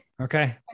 Okay